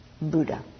Buddha